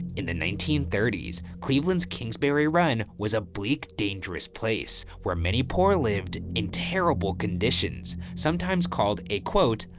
in the nineteen thirty s, cleveland's kingsbury run was a bleak, dangerous place, where many poor lived in terrible conditions. sometimes called, a quote,